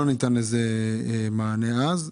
לא ניתן לזה מענה אז.